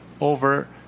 over